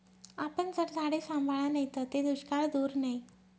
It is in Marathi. आपन जर झाडे सांभाळा नैत ते दुष्काळ दूर नै